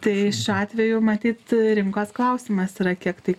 tai šiuo atveju matyt rinkos klausimas yra kiek tai